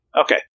Okay